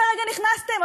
כרגע נכנסתם.